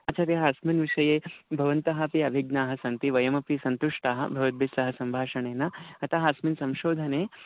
आचार्याः अस्मिन् विषये भवन्तः अपि अभिज्ञाः सन्ति वयमपि सन्तुष्टाः भवद्भिस्सह सम्भाषणेन अतः अस्मिन् संशोधने